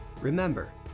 Remember